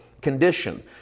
condition